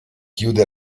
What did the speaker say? chiude